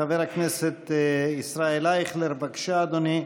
חבר הכנסת ישראל אייכלר, בבקשה, אדוני.